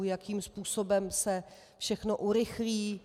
Jakým způsobem se všechno urychlí.